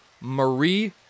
Marie